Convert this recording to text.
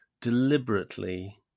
deliberately